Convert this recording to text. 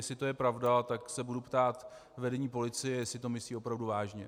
Jestli to je pravda, tak se budu ptát vedení policie, jestli to myslí opravdu vážně.